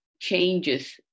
changes